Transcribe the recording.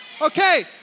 Okay